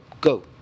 go